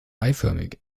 eiförmig